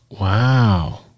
Wow